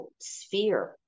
sphere